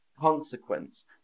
consequence